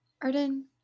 Arden